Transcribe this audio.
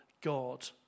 God